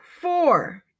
four